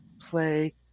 play